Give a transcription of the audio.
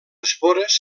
espores